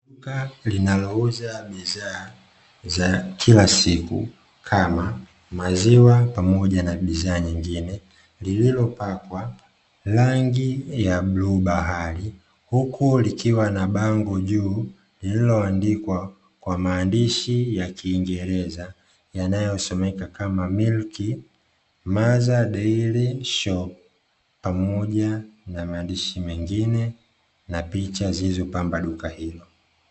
Duka linalouza bidhaa za kila siku, kama maziwa pamoja na bidhaa nyingine, lililopakwa rangi ya bluu bahari, huku likiwa na bango juu lililoandikwa kwa maandishi ya kingereza "milk mother daily shop" pamoja na maandishi mengine na picha zilizopamba duka hilo.